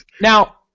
Now